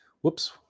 Whoops